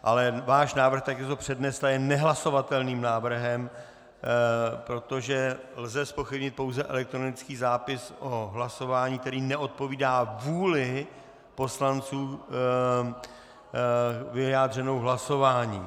Ale váš návrh, jak jste ho přednesla, je nehlasovatelným návrhem, protože lze zpochybnit pouze elektronický zápis o hlasování, který neodpovídá vůli poslanců vyjádřené hlasováním.